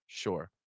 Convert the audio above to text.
sure